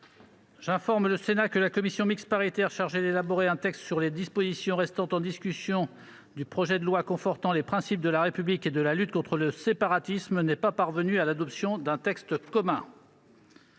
J'informe le Sénat que la commission mixte paritaire chargée d'élaborer un texte sur les dispositions restant en discussion du projet de loi confortant les principes de la République et de lutte contre le séparatisme n'est pas parvenue à l'adoption d'un texte commun.